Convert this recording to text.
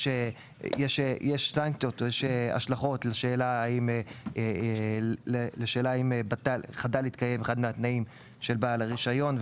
יש השלכות לשאלה: האם חדל להתקיים אחד מהתנאים של בעל רישיון,